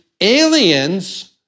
aliens